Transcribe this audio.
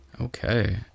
Okay